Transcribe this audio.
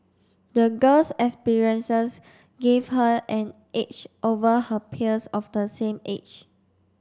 the girl's experiences gave her an edge over her peers of the same age